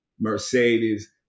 Mercedes